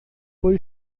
foi